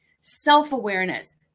self-awareness